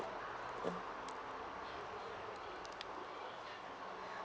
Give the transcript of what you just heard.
mm